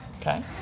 okay